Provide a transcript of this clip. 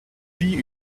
puis